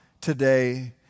today